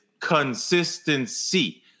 consistency